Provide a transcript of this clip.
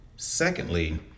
Secondly